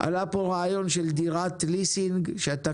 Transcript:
עלה פה רעיון של דירת ליסינג, שאתה